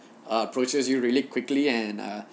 uh approaches you really quickly and err